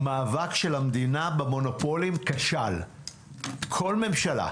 המאבק של המדינה במונופולים כשל, כל ממשלה.